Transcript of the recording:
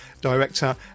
Director